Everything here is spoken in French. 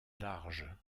large